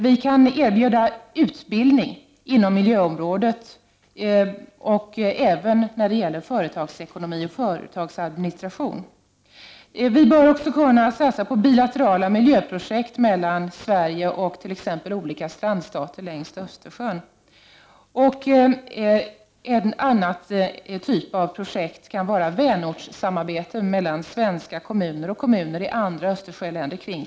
Vi kan erbjuda utbildning inom miljöområdet och även inom företagsekonomi och företagsadministration. Vi bör också kunna satsa på bilaterala miljöprojekt mellan Sverige och exempelvis olika strandstater längs Östersjön. En annan typ av projekt kan vara vänortssamarbeten kring konkreta miljöfrågor mellan svenska kommuner och kommuner i andra Östersjöländer.